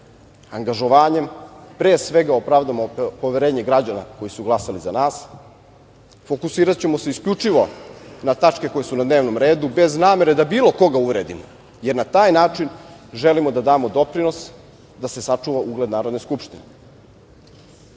angažovanjem, pre svega opravdamo poverenje građana koji su glasali za nas. Fokusiraćemo se isključivo na tačke koje su na dnevnom redu, bez namere da bilo koga uvredimo jer na taj način želimo da damo doprinos da se sačuva ugled Narodne skupštine. Buduća